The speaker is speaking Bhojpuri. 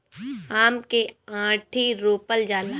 आम के आंठी रोपल जाला